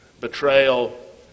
Betrayal